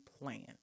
plan